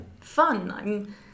fun